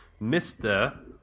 Mr